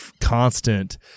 constant